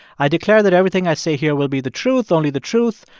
i declare that everything i say here will be the truth, only the truth,